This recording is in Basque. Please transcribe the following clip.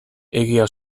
egia